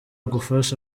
gufasha